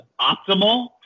optimal